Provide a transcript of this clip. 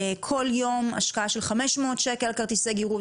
וכל יום זו השקעה של 500 שקל בכרטיסי גירוד,